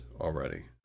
already